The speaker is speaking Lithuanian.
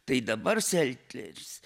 tai dabar selteris